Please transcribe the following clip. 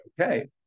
okay